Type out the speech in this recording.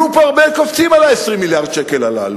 יהיו פה הרבה קופצים על 20 מיליארד השקל הללו.